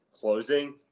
closing